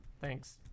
Thanks